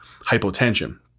hypotension